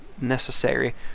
necessary